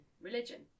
religion